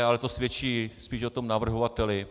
Ale to svědčí spíš o tom navrhovateli.